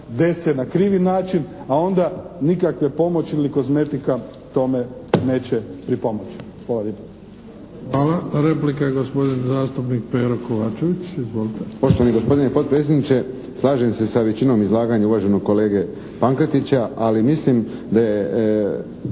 na krivi način, a onda nikakva pomoć ili kozmetika tome neće pripomoći. Hvala lijepa. **Bebić, Luka (HDZ)** Hvala. Replika gospodin zastupnik Pero KOvačević. Izvolite. **Kovačević, Pero (HSP)** Poštovani gospodine potpredsjedniče, slažem se sa većinom izlaganja uvaženog kolege Pankretića, ali mislim da je